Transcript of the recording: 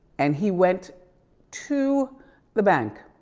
and he went to the bank.